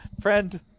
Friend